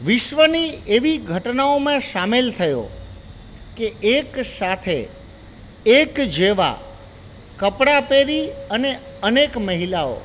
વિશ્વની એવી ઘટનાઓમાં સામેલ થયો કે એક સાથે એક જેવા કપડાં પહેરી અને અનેક મહિલાઓ